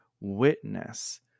witness